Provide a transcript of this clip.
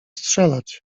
strzelać